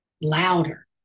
louder